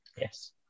yes